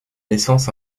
naissance